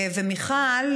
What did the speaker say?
ומיכל,